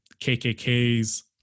KKKs